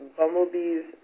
bumblebee's